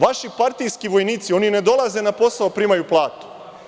Vaši partijski vojnici, oni ne dolaze na posao, a primaju platu.